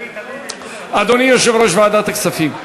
אדוני יושב-ראש ועדת הכספים.